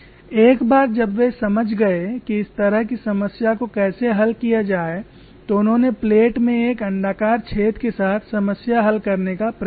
एक बार जब वे समझ गए कि इस तरह की समस्या को कैसे हल किया जाए तो उन्होंने प्लेट में एक अण्डाकार छेद के साथ समस्या हल करने का प्रयास किया